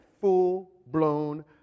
full-blown